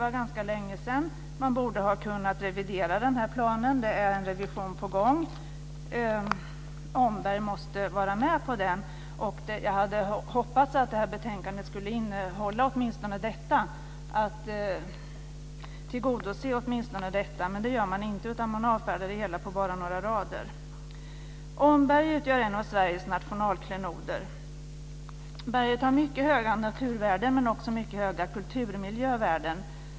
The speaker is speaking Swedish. Det är ganska länge sedan, och man borde ha kunnat revidera den planen. Det är en revision på gång, och Omberg måste tas med. Jag hade hoppats att man åtminstone skulle tillgodose detta i betänkandet, men det gör man inte utan avfärdar det hela på bara några rader. "Omberg utgör en av Sveriges nationalklenoder. Berget har mycket höga naturvärden, men också mycket höga kulturmiljövärden -.